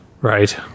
Right